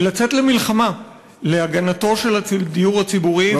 לצאת למלחמה להגנתו של הדיור הציבורי,